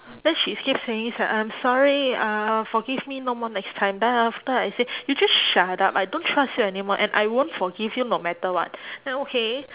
then she keep saying uh I'm sorry uh forgive me no more next time then after I say you just shut up I don't trust you anymore and I won't forgive you no matter what then okay